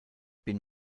been